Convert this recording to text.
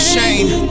Shane